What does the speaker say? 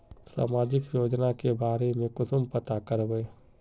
सामाजिक योजना के बारे में कुंसम पता करबे?